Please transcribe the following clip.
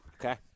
Okay